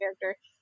character